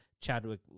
Chadwick